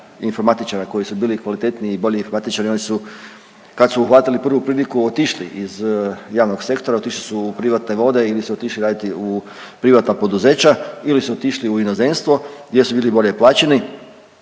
informatičara koji su bili kvalitetniji i bolji informatičari, oni su, kad su uhvatili prvu priliku, otišli iz javnog sektora, otišli su u privatne vode ili su otišli raditi u privatna poduzeća ili su otišli u inozemstvo gdje su bili bolje plaćeni.